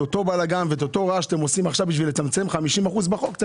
אותו בלגן ואותו רעש שאתם עושים עכשיו כדי לצמצם 50 אחוזים בחוק.